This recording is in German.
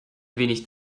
wenig